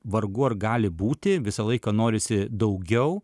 vargu ar gali būti visą laiką norisi daugiau